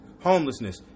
homelessness